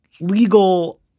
legal